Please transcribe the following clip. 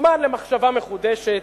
כזמן למחשבה מחודשת,